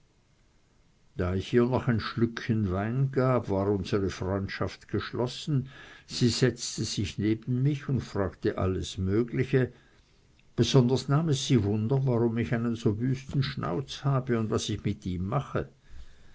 da ich ihr noch ein schlückchen wein gab war unsere freundschaft geschlossen sie setzte sich neben mich und fragte alles mögliche besonders nahm es sie wunder warum ich einen so wüsten schnauz habe und was ich mit ihm mache